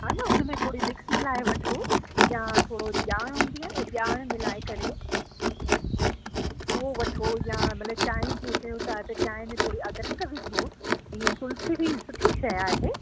हा न हुनमें थोरी विक्स मिलाइ वठो या थोरो ॼाण हूंदी आहे न ॼाण मिलाइ करे उहो वठो या भले चांहि जीअं पीयूं था त चांहि में थोरी अदरक विझो ईअं तुलसी बि सुठी शइ आहे